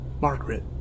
Margaret